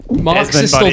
Marxist